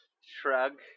Shrug